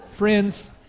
Friends